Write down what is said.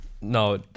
No